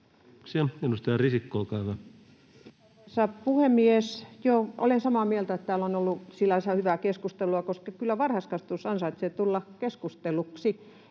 Edustaja Risikko, olkaa hyvä. Arvoisa puhemies! Olen samaa mieltä, että täällä on ollut sillänsä hyvää keskustelua, koska kyllä varhaiskasvatus ansaitsee tulla keskustelluksi,